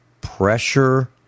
pressure